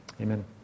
Amen